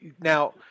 Now